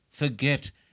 forget